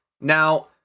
Now